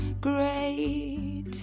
great